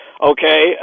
okay